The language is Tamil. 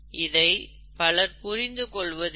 இதை பலர் புரிந்து கொள்வதில்லை